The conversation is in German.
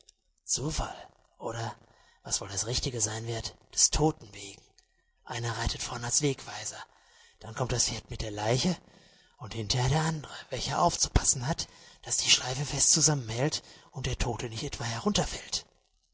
zufall oder was wohl das richtige sein wird des toten wegen einer reitet vorn als wegweiser dann kommt das pferd mit der leiche und hinterher der andere welcher aufzupassen hat daß die schleife fest zusammenhält und der tote nicht etwa herunterfällt